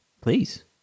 Please